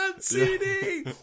CD